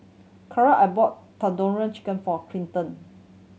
Kaaren I bought Tandoori Chicken for Clinton